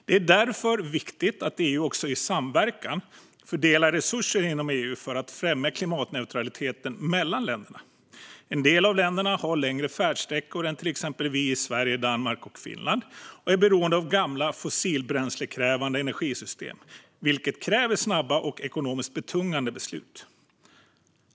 Det är därför viktigt att EU i samverkan fördelar resurser inom EU för att främja klimatneutraliteten mellan länderna. En del av länderna har längre färdsträckor än till exempel vi i Sverige, Danmark och Finland och är beroende av gamla, fossilbränslekrävande energisystem, vilket kräver snabba och ekonomiskt betungande beslut.